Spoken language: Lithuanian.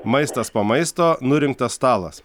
maistas po maisto nurinktas stalas